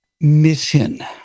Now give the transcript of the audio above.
mission